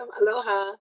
aloha